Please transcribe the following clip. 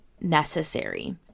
necessary